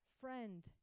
friend